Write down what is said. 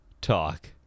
talk